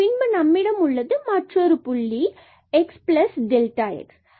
பின்பு நம்மிடம் மற்றொரு புள்ளி xx உள்ளது